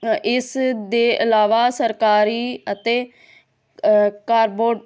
ਇਸ ਦੇ ਇਲਾਵਾ ਸਰਕਾਰੀ ਅਤੇ ਕਾਰਬੋ